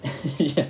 ya